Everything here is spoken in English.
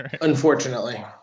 unfortunately